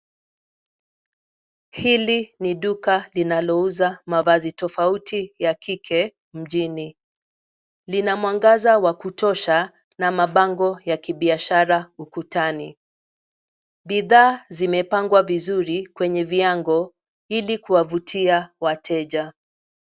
Hili ni duka linalouza mavazi tofauti ya kike mjini. Lina mwangaza wa kutosha na mabango ya kibiashara ukutani. Bidhaa zimepangwa vizuri kwenye viango ili kuwavutia wateja.